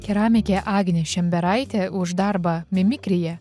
keramikė agnė šemberaitė už darbą mimikrija